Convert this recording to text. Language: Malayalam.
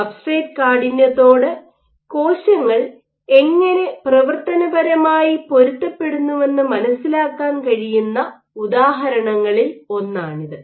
സബ്സ്ട്രെറ്റ് കാഠിന്യത്തോട് കോശങ്ങൾ എങ്ങനെ പ്രവർത്തനപരമായി പൊരുത്തപ്പെടുന്നുവെന്ന് മനസ്സിലാക്കാൻ കഴിയുന്ന ഉദാഹരണങ്ങളിൽ ഒന്നാണിത്